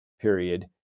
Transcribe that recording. period